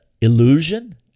illusion